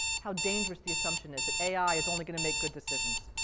how dangerous the assumption is that ai is only going to make good decisions.